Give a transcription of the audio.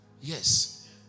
yes